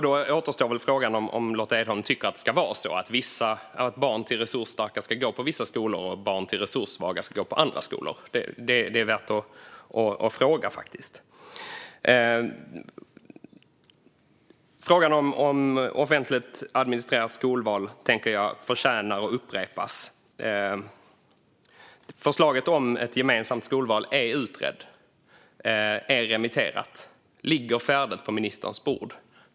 Då återstår frågan om Lotta Edholm tycker att det ska vara så att barn till resursstarka ska gå på vissa skolor och barn till resurssvaga ska gå på andra skolor. Det är värt att fråga. Jag tycker att frågan om offentligt administrerat skolval förtjänar att upprepas. Förslaget om ett gemensamt skolval är utrett och remitterat. Det ligger färdigt på ministerns bord.